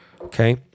okay